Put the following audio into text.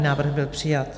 Návrh byl přijat.